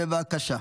בבקשה.